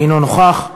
אינו נוכח.